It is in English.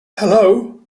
hello